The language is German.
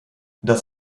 das